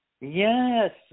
Yes